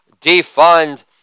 Defund